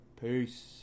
Peace